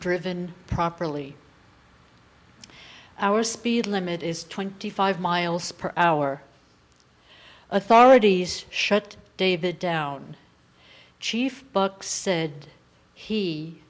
driven properly our speed limit is twenty five miles per hour authorities shut david down chief book said he